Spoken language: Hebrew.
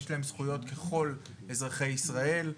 יש להם זכויות ככל אזרחי ישראל,